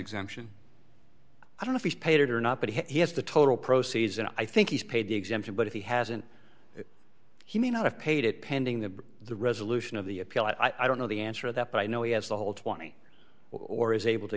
exemption i don't if he's paid it or not but he has the total proceeds and i think he's paid the exemption but if he hasn't he may not have paid it pending the the resolution of the appeal i don't know the answer to that but i know he has the whole twenty or is able to